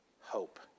hope